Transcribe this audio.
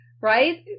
right